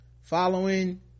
following